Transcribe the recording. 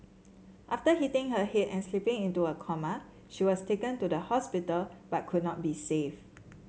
after hitting her head and slipping into a coma she was taken to the hospital but could not be saved